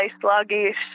sluggish